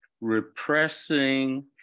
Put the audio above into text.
repressing